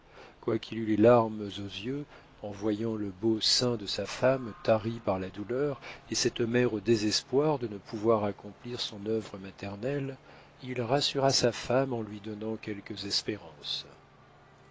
quoiqu'il eût les larmes aux yeux en voyant le beau sein de sa femme tari par la douleur et cette mère au désespoir de ne pouvoir accomplir son œuvre maternelle il rassura sa femme en lui donnant quelques espérances